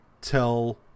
tell